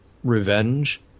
revenge